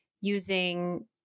using